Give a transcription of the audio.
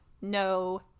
no